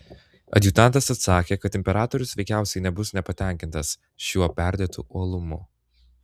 adjutantas atsakė kad imperatorius veikiausiai nebus nepatenkintas šiuo perdėtu uolumu